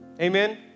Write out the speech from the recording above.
Amen